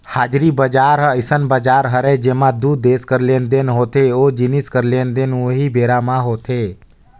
हाजिरी बजार ह अइसन बजार हरय जेंमा दू देस कर लेन देन होथे ओ जिनिस कर लेन देन उहीं बेरा म होथे